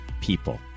people